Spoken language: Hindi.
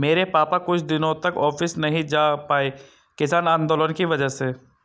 मेरे पापा कुछ दिनों तक ऑफिस नहीं जा पाए किसान आंदोलन की वजह से